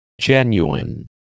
Genuine